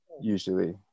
usually